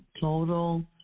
total